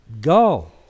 go